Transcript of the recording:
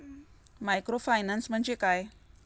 Microfinance म्हणजे काय?